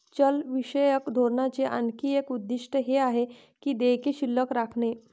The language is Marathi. चलनविषयक धोरणाचे आणखी एक उद्दिष्ट हे आहे की देयके शिल्लक राखणे